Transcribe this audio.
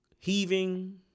heaving